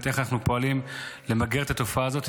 איך אנחנו פועלים למגר את התופעה הזאת,